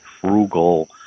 frugal